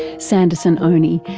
sandersan onie,